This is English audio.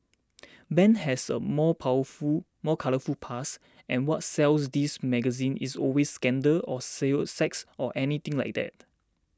Ben has a more powerful more colourful past and what sells these magazines is always scandal or sell sex or anything like that